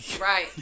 Right